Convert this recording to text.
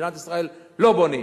במדינת ישראל לא בונים.